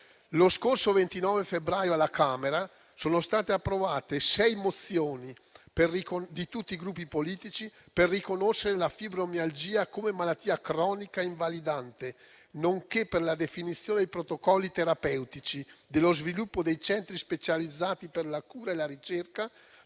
Lo scorso 29 febbraio alla Camera sono state approvate sei mozioni di tutti i Gruppi politici per riconoscere la fibromialgia come malattia cronica invalidante, nonché per la definizione dei protocolli terapeutici, dello sviluppo dei centri specializzati per la cura e la ricerca,